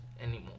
anymore